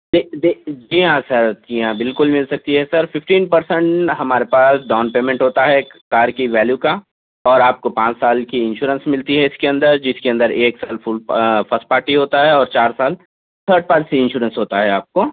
جی جی جی ہاں سر جی ہاں بالکل مِل سکتی ہے سر ففٹین پرسینٹ ہمارے پاس ڈاؤن پیمنٹ ہوتا ہے کار کی ویلیو کا اور آپ کو پانچ سال کی انشورنس ملتی ہے اِس کے اندر جس کے اندر ایک سال فل فسٹ پارٹی ہوتا ہے اور چار سال تھرڈ پارٹی انشورنس ہوتا ہے آپ کو